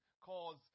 cause